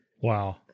wow